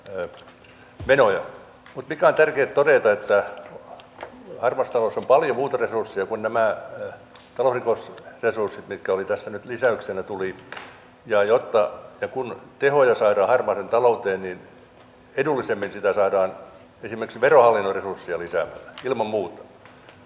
mutta on tärkeätä todeta että harmaassa taloudessa on paljon muita resursseja kuin nämä talousrikosresurssit mitkä tulivat tässä nyt lisäyksenä ja jotta tehoja saadaan harmaaseen talouteen niin edullisemmin niitä saadaan esimerkiksi verohallinnon resursseja lisäämällä ilman muuta